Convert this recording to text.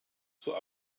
zur